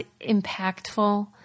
impactful